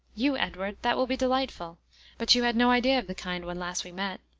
you, edward! that will be delightful but you had no idea of the kind when last we met.